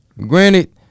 granted